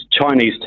Chinese